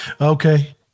Okay